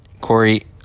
Corey